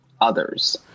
others